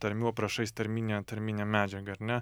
tarmių aprašais tarminę tarmine medžiagą ar ne